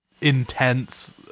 intense